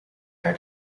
her